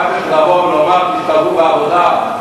כך שלבוא ולומר: תשתלבו בעבודה,